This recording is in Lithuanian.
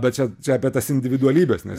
bet čia čia apie tas individualybes nes